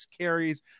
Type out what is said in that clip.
carries